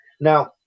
Now